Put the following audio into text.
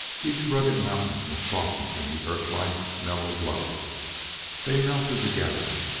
each rugged mountain was softened in the earthlight's mellow glow they melted together,